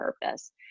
purpose